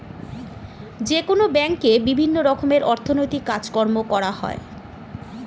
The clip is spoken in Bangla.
যেকোনো ব্যাঙ্কে বিভিন্ন রকমের অর্থনৈতিক কাজকর্ম করা হয়